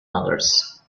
others